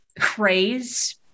phrase